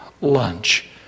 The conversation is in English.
lunch